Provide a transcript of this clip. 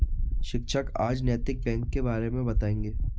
शिक्षक आज नैतिक बैंक के बारे मे बताएँगे